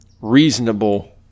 reasonable